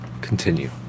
continue